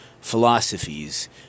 philosophies